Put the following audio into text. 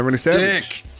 dick